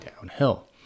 downhill